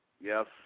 Yes